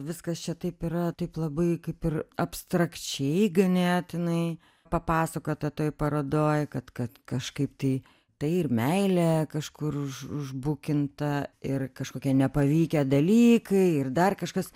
viskas čia taip yra taip labai kaip ir abstrakčiai ganėtinai papasakota toj parodoj kad kad kažkaip tai tai ir meilė kažkur už užbukinta ir kažkokie nepavykę dalykai ir dar kažkas